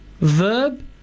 verb